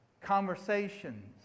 conversations